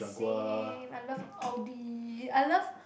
same I love Audi